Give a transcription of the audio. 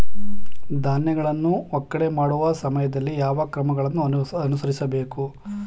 ಧಾನ್ಯಗಳನ್ನು ಒಕ್ಕಣೆ ಮಾಡುವ ಸಮಯದಲ್ಲಿ ಯಾವ ಕ್ರಮಗಳನ್ನು ಅನುಸರಿಸಬೇಕು?